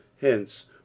Hence